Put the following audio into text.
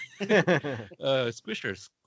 squishers